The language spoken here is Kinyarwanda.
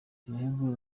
ibihugu